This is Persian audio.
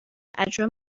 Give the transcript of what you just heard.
اجرام